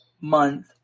month